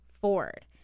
Ford